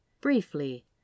briefly